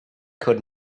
could